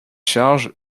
charge